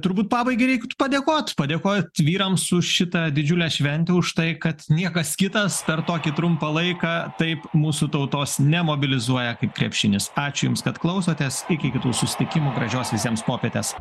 turbūt pabaigai reiktų padėkot padėkot vyrams už šitą didžiulę šventę už tai kad niekas kitas per tokį trumpą laiką taip mūsų tautos nemobilizuoja kaip krepšinis ačiū jums kad klausotės iki kitų susitikimų gražios visiems popietės